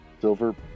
silver